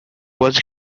was